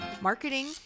marketing